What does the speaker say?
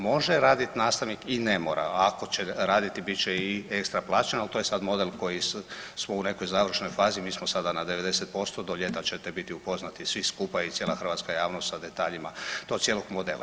Može radit nastavnik i ne mora, ako će raditi bit će i ekstra plaćeno, ali to je sad model u koji smo u nekoj završnoj fazi, mi smo sada na 90% do ljeta ćete biti upoznati svi skupa i cijela hrvatska javnost sa detaljima tog cijelog modela.